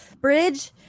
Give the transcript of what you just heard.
bridge